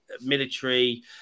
military